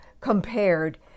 compared